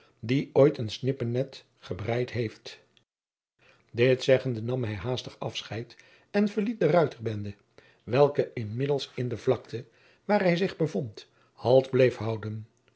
die ooit een snippennet gebreid heeft dit zeggende nam hij haastig afscheid en verliet de ruiterbende welke inmiddels in de vlakte waar zij zich bevond halt bleef houden